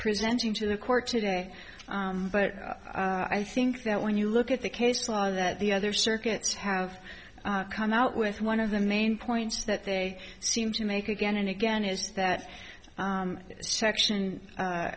presenting to the court today but i think that when you look at the case law that the other circuits have come out with one of the main points that they seem to make again and again is that section